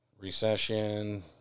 Recession